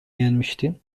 yenmişti